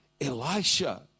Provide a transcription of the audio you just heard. Elisha